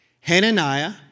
Hananiah